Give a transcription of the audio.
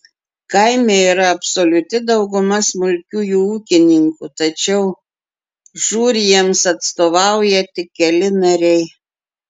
kaime yra absoliuti dauguma smulkiųjų ūkininkų tačiau žūr jiems atstovauja tik keli nariai